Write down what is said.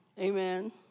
Amen